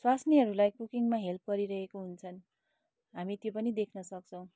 स्वास्नीहरूलाई कुकिङमा हेल्प गरिरहेको हुन्छन् हामी त्यो पनि देख्न सक्छौँ